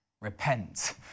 repent